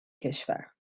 کشور